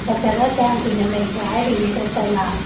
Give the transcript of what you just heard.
ꯗꯥꯛꯇꯔꯗ ꯀꯌꯥꯝ ꯀꯨꯏꯅ ꯂꯩꯈꯣ ꯍꯥꯏꯔꯤꯒꯦ ꯗꯣꯛꯇꯔꯅ